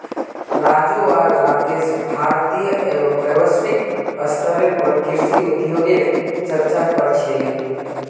राजू आर राकेश भारतीय एवं वैश्विक स्तरेर पर कृषि उद्योगगेर चर्चा क र छीले